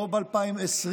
לא ב-2020,